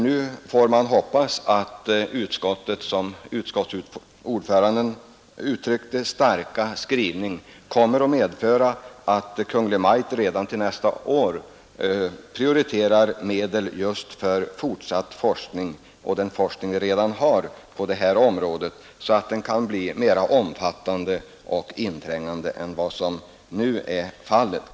Nu får man hoppas att utskottets starka skrivning, som utskottets ordförande uttryckte det, kommer att medföra att Kungl. Maj:t redan till nästa år prioriterar medel just för detta ändamål så att den forskning vi redan har på detta område kan bli mera omfattande och inträngande än vad som hittills varit fallet.